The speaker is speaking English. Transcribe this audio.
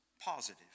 positive